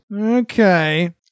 Okay